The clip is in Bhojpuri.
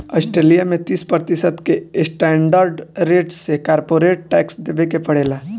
ऑस्ट्रेलिया में तीस प्रतिशत के स्टैंडर्ड रेट से कॉरपोरेट टैक्स देबे के पड़ेला